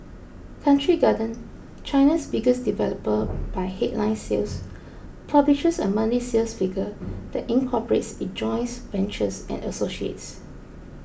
Country Garden China's biggest developer by headline sales publishes a monthly sales figure that incorporates its joint ventures and associates